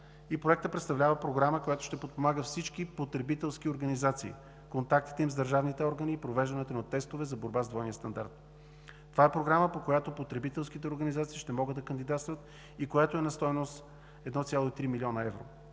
Проектът представлява програма, която ще подпомага всички потребителски организации в контактите им с държавните органи и провеждането на тестове за борба с двойния стандарт. Това е Програма, по която потребителските организации ще могат да кандидатстват и която е на стойност 1,3 млн. евро.